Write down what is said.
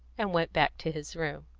and went back to his room.